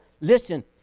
Listen